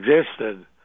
existed